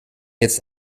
jetzt